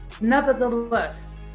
Nevertheless